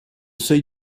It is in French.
seuil